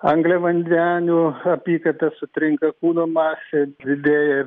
angliavandenių apykaita sutrinka kūno masė didėja